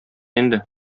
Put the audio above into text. инде